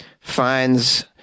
finds